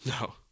No